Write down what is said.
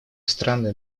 страны